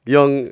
Young